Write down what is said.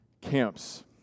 camps